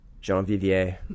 Jean-Vivier